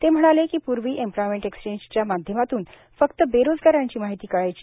ते म्हणाले कीपूर्वी एम्प्लॉयमेंट एक्सर्चेजच्या माध्यमातून फक्त बेरोजगारांची माहिती कळायची